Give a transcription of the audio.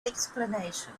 explanation